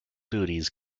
duties